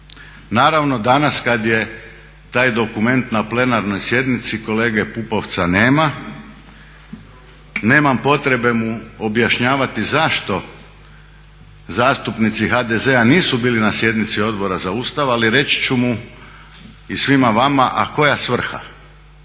Naravno danas kada je taj dokument na plenarnoj sjednici kolege Pupovca nema, nemam potrebe mu objašnjavati zašto zastupnici HDZ-a nisu bili na sjednici Odbora za Ustav, ali reći ću mu i svima vama, a koja svrha.